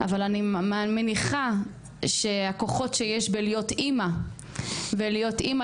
אבל אני מניחה שהכוחות שיש בלהיות אמא ולהיות אמא